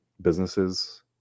businesses